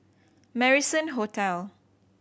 Marrison Hotel